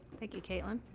thank you, caitlin.